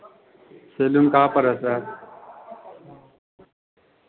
salon कहाँ पर है सर